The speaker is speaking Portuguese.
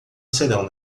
serão